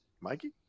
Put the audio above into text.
Mikey